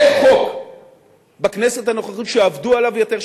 אין חוק בכנסת הנוכחית שעבדו עליו יותר,